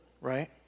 right